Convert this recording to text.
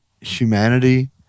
humanity